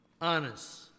Honest